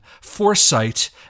foresight